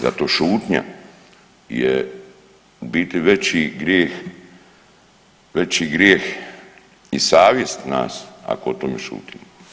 Zato šutnja je u biti veći grijeh, veći grijeh i savjest nas ako o tome šutimo.